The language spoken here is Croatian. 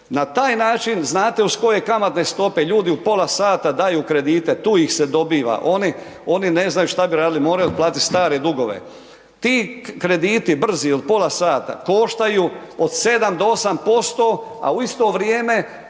Na taj način znate uz koje kamatne stop ljudi u pola sata daju kredite, tu ih se dobiva, oni ne znaju šta bi radili, moraju platiti stare dugove. Ti krediti brzi ili pola sata, koštaju od 7 do 8%, a u isto vrijeme